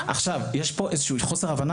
יש פה חוסר הבנה,